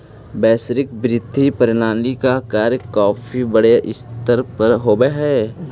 वैश्विक वित्तीय प्रणाली का कार्य काफी बड़े स्तर पर होवअ हई